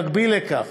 במקביל לכך,